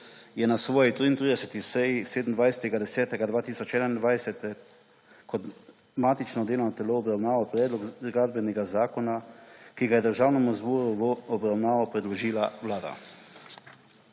je na svoji 33. seji 27. 10. 2021 kot matično delovno telo obravnaval Predlog gradbenega zakona, ki ga je Državnemu zboru v obravnavo predložila Vlada.